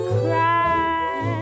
cry